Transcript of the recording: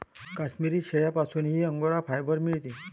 काश्मिरी शेळ्यांपासूनही Angora fibre मिळते